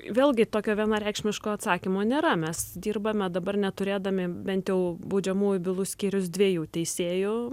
vėlgi tokio vienareikšmiško atsakymo nėra mes dirbame dabar neturėdami bent jau baudžiamųjų bylų skyrius dviejų teisėjų